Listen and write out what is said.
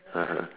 (uh huh)